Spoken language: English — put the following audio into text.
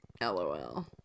LOL